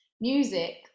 music